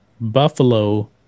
Buffalo